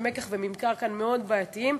שהמקח והממכר כאן מאוד בעייתיים.